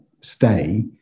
stay